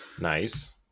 Nice